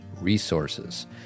resources